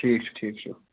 ٹھیٖک چھُ ٹھیٖک چھُ